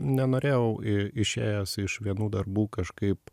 nenorėjau i išėjęs iš vienų darbų kažkaip